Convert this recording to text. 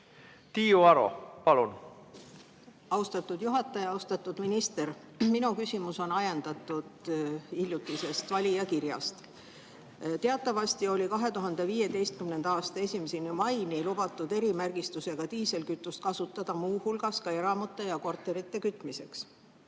Tiiu Aro, palun! Austatud juhataja! Austatud minister! Minu küsimus on ajendatud hiljutisest valijakirjast. Teatavasti oli 2015. aasta 1. maini lubatud erimärgistusega diislikütust kasutada muu hulgas ka eramute ja korterite kütmiseks.